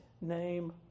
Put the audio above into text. name